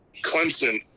Clemson